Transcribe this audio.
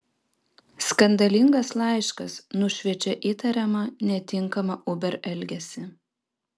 skandalingas laiškas nušviečia įtariamą netinkamą uber elgesį